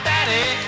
Daddy